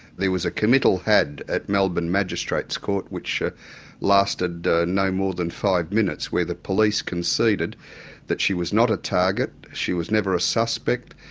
there was a committal had at melbourne magistrates court which lasted no more than five minutes where the police conceded that she was not a target, she was never a suspect,